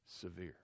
severe